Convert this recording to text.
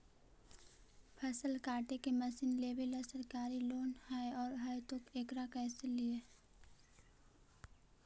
फसल काटे के मशीन लेबेला सरकारी लोन हई और हई त एकरा कैसे लियै?